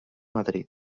madrid